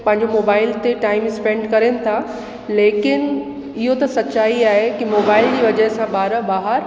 पंहिंजो मोबाइल ते time spend करनि था लेकिन इहो त सच्चाई आहे कि मोबाइल जी वजह सां ॿार ॿाहिरि